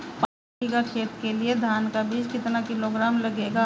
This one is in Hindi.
पाँच बीघा खेत के लिये धान का बीज कितना किलोग्राम लगेगा?